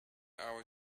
hour